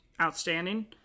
outstanding